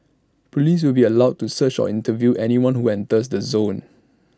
Police will be allowed to search or interview anyone who enters the zone